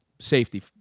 safety